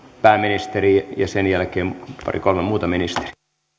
pääministeri ja sen jälkeen pari kolme muuta ministeriä